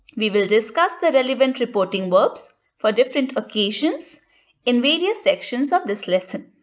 we will discuss the relevant reporting verbs for different occasions in various sections of this lesson.